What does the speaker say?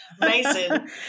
Amazing